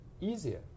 easier